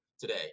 today